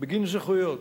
בגין זכויות.